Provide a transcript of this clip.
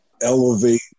elevate